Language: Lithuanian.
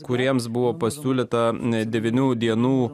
kuriems buvo pasiūlyta net devynių dienų